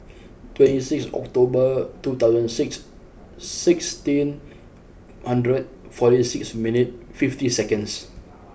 twenty six October two thousand and six sixteen hundred forty six minute fifty seconds